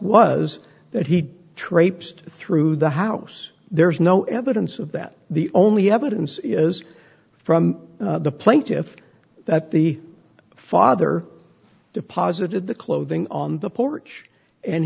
was that he traipsed through the house there's no evidence of that the only evidence is from the plaintiff's that the father deposited the clothing on the porch and